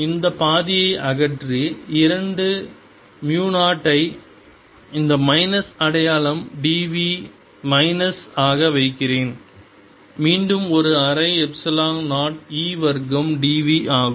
இந்த பாதியை அகற்றி இரண்டு மு 0 ஐ இந்த மைனஸ் அடையாளம் dv மைனஸ் ஆக வைக்கிறேன் மீண்டும் ஒரு அரை எப்சிலன் 0 E வர்க்கம் dv ஆகும்